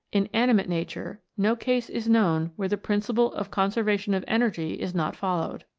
in animate nature no case is known where the principle of conservation of energy is not followed.